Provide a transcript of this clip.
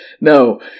No